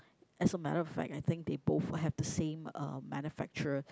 as a matter of fact I think they both have the same uh manufacturer